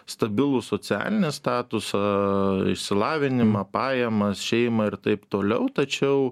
stabilų socialinį statusą išsilavinimą pajamas šeimą ir taip toliau tačiau